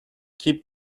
keep